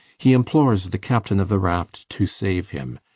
he implores the captain of the raft to save him.